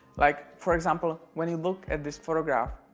like for example when you look at this photograph